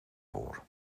voor